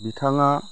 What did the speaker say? बिथाङा